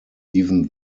even